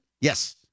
Yes